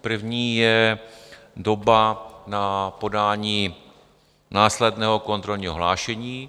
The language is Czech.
První je doba na podání následného kontrolního hlášení.